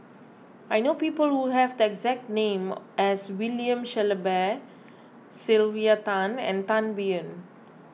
I know people who have the exact name as William Shellabear Sylvia Tan and Tan Biyun